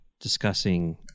discussing